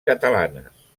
catalanes